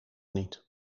niet